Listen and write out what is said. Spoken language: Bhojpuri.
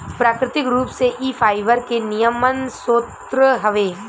प्राकृतिक रूप से इ फाइबर के निमन स्रोत हवे